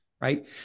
right